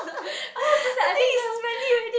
I was so sad I think that was